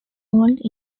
old